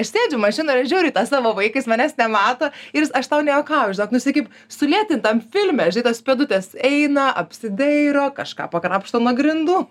aš sėdžiu mašinoj ir aš žiūri į tą savo vaiką jis manęs nemato ir jis aš tau nejuokauju žinok nu jisai kaip sulėtintam filme žinai tos pėdutės eina apsidairo kažką pakrapšto nuo grindų